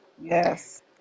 Yes